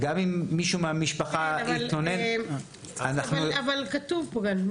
אבל כתוב כאן.